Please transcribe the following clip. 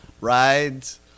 rides